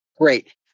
Great